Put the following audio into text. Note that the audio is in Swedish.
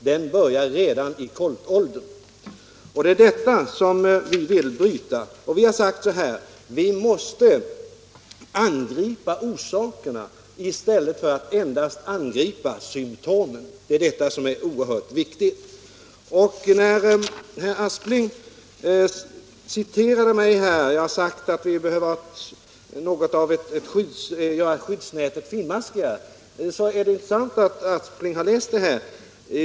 Denna tendens vill vi bryta. Vi har sagt att vi måste angripa orsakerna och inte nöja oss med att angripa symtomen. Detta är oerhört viktigt. Herr Aspling citerade mig. Jag hade talat om att göra skyddsnätet finmaskigare. Det är sant att jag har uttalat mig på det sättet.